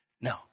No